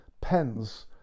pens